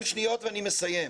20 שניות ואני מסיים.